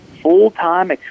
full-time